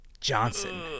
Johnson